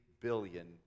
billion